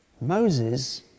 Moses